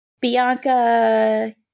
Bianca